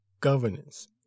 governance